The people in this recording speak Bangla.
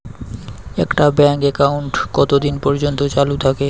একটা ব্যাংক একাউন্ট কতদিন পর্যন্ত চালু থাকে?